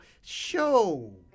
Show